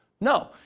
No